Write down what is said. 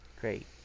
great